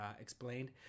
explained